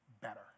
better